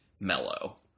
mellow